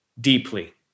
deeply